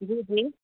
जी जी